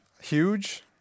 Huge